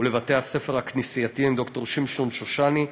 ולבתי-הספר הכנסייתיים, ד"ר שמשון שושני,